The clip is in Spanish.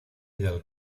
del